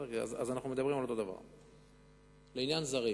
לעניין זרים,